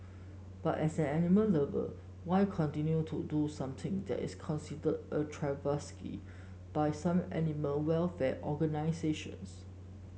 but as an animal lover why continue to do something that is considered a travesty by some animal welfare organisations